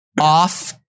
off